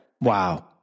wow